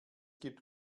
gibt